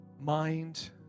mind